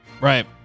Right